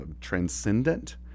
transcendent